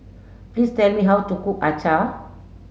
please tell me how to cook Acar